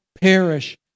perish